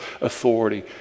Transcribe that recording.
authority